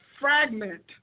fragment